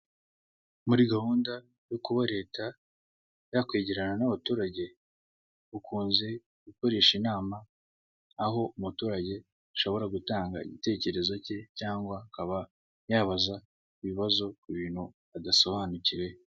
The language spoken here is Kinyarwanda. Muri gahunda yo kuba leta ya kwegerana n'abaturage, ikunze gukoresha inama, aho umuturage ashobora gutanga igitekerezo ke, cyangwa akaba yabaza ibibazo ku bintu adasobanukiwe.